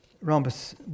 rhombus